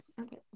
Okay